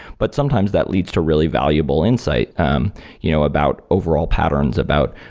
but sometimes that leads to really valuable insight um you know about overall patterns, about,